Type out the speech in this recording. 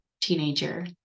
teenager